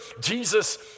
Jesus